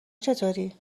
چطوری